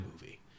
movie